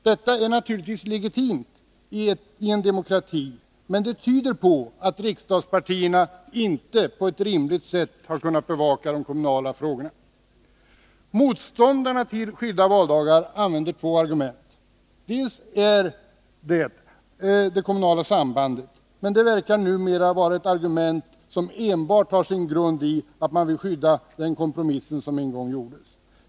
Detta är naturligtvis legitimt i en demokrati, men det tyder på att riksdagspartierna inte på ett rimligt sätt har kunnat bevaka de kommunala frågorna. Motståndarna till skilda valdagar använder två argument. Det första argumentet är det kommunala sambandet. Men detta verkar numera vara ett argument som enbart har sin grund i att man vill skydda den kompromiss som en gång gjordes.